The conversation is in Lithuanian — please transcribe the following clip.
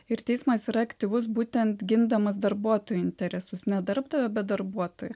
ir teismas yra aktyvus būtent gindamas darbuotojo interesus ne darbdavio bet darbuotojo